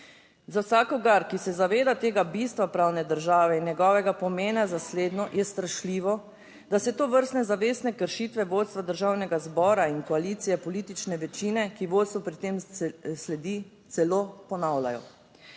za vsakogar, ki se zaveda tega bistva pravne države in njegovega pomena za slednjo, je strašljivo, da se tovrstne zavestne kršitve vodstva Državnega zbora in koalicije politične večine, ki vodstvu pri tem sledi, celo ponavljajo